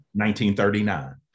1939